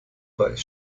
weiß